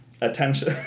attention